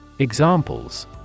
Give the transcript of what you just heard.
Examples